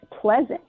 pleasant